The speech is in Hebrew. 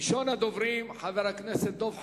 ראשון הדוברים, חבר הכנסת דב חנין,